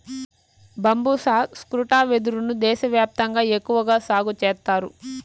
బంబూసా స్త్రిటా వెదురు ను దేశ వ్యాప్తంగా ఎక్కువగా సాగు చేత్తారు